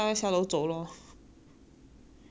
带乌龟下楼走有没有听过